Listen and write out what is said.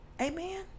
Amen